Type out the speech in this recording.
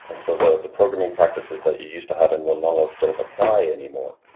and so the the programming practices that you used to have in one monolith don't apply anymore.